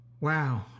Wow